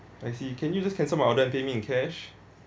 I see can you just cancel my order and pay me in cash